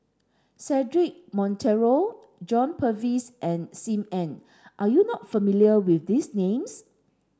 Cedric Monteiro John Purvis and Sim Ann are you not familiar with these names